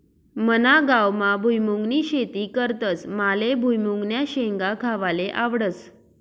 मना गावमा भुईमुंगनी शेती करतस माले भुईमुंगन्या शेंगा खावाले आवडस